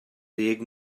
ddeg